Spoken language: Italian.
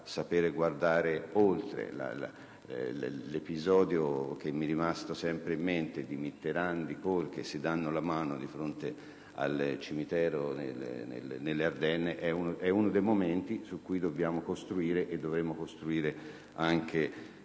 saper guardare oltre. L'episodio che mi è rimasto sempre in mente - Mitterrand e Kohl che si danno la mano di fronte al cimitero nelle Ardenne - è uno dei momenti su cui dobbiamo e dovremmo costruire anche